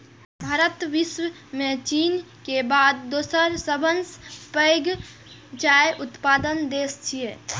भारत विश्व मे चीन के बाद दोसर सबसं पैघ चाय उत्पादक देश छियै